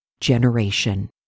generation